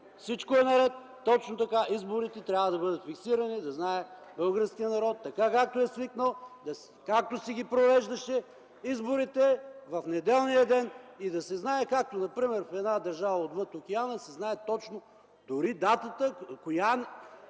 всичко е наред. Точно така, изборите трябва да бъдат фиксирани, да знае българският народ, така както е свикнал, както си провеждаше изборите в неделния ден и да се знае както например в една държава отвъд Океана се знае точно дори датата коя